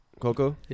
Coco